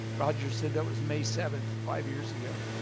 roger said that was may seventh, five years ago.